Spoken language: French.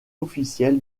officiel